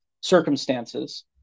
circumstances